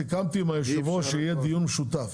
סיכמתי עם היושב-ראש שיהיה דיון משותף.